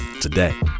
Today